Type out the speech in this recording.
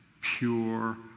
pure